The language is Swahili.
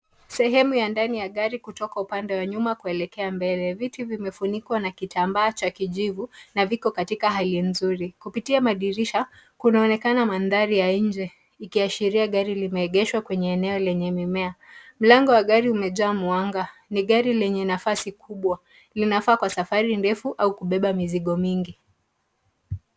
Sehemu ya ndani ya gari kutoka upande wa nyuma kuelekea mbele. Viti vimefunikwa na kitambaa cha kijivu na viko katika hali nzuri. Kupitia madirisha kunaonekana mandhari ya nje ikiashira gari limeegeshwa kwenye eneo lenye mimea. Mlango wa gari umejaa mwanga. Ni gari lenye nafasi kubwa, linafaa kwa safari ndefu au kubeba mizigo mingi.